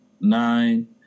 nine